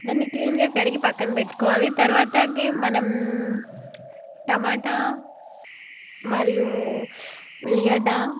దాన్ని క్లీన్గా కడిగి పక్కన పెట్టుకోవాలి తర్వాత మనం టొమాటో మరియు ఉల్లిగడ్డ